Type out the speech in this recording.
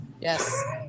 Yes